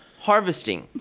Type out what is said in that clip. harvesting